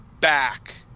back